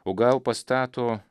o gal pastato